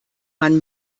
man